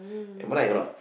am I right or not